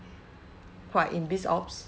what in BizOps